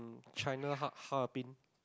China har~ Harbin